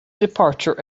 departure